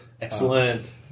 Excellent